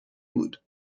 بودن